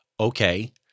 Okay